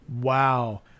Wow